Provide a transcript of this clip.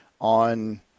on